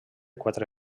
quatre